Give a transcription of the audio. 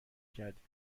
کردیم